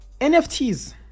NFTs